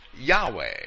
Yahweh